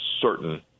certain